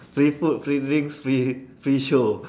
free food free drinks free free show